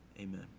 Amen